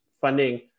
funding